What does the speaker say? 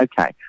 okay